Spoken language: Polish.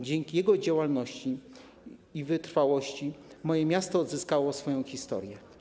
Dzięki jego działalności i wytrwałości moje miasto odzyskało swoją historię.